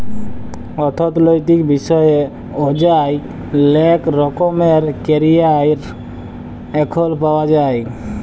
অথ্থলৈতিক বিষয়ে অযায় লেক রকমের ক্যারিয়ার এখল পাউয়া যায়